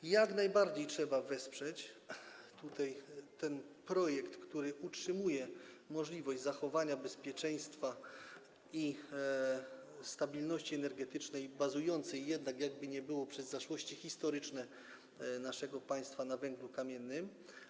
I jak najbardziej trzeba wesprzeć ten projekt, który utrzymuje możliwość zachowania bezpieczeństwa i stabilności energetycznej bazującej jednak, jakkolwiek by było, przez zaszłości historyczne naszego państwa na węglu kamiennym.